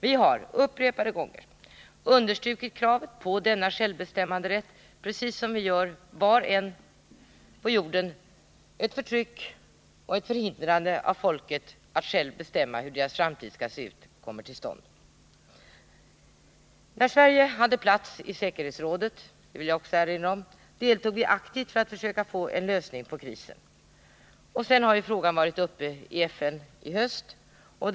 Vi har upprepade gånger understrukit kravet på denna självbestämmanderätt, precis som vi gör var än på jorden det förekommer ett förtryck och ett förhindrande av folkets rätt att självt bestämma hur dess framtid skall se ut. När Sverige hade plats i säkerhetsrådet deltog vi aktivt för att försöka få en lösning på krisen. Sedan har ju frågan varit uppe till behandling i FN i höst.